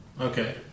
Okay